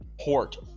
port